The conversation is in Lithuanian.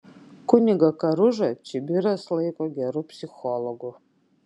kunigą karužą čibiras laiko geru psichologu